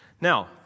Now